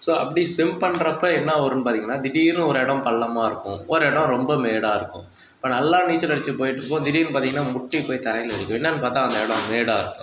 so அப்படி swim பண்ணுறப்ப என்ன வரும்னு பார்த்தீங்கன்னா திடீர்ன்னு ஒரு இடம் பள்ளமாக இருக்கும் ஒரு இடம் ரொம்ப மேடாக இருக்கும் இப்போ நல்லா நீச்சல் அடிச்சு போயிட்டுருப்போம் திடீர்ன்னு பார்த்தீங்கன்னா முட்டி போய் தரையில் இடிக்கும் என்னான்னு பார்த்தா அந்த இடம் மேடாக இருக்கும்